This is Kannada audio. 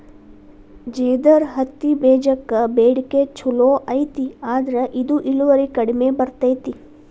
ಜೇದರ್ ಹತ್ತಿಬೇಜಕ್ಕ ಬೇಡಿಕೆ ಚುಲೋ ಐತಿ ಆದ್ರ ಇದು ಇಳುವರಿ ಕಡಿಮೆ ಬರ್ತೈತಿ